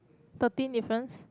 thirteen difference